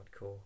hardcore